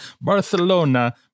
Barcelona